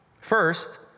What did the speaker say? First